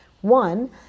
One